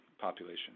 population